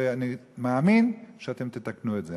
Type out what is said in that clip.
ואני מאמין שאתם תתקנו את זה.